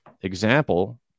example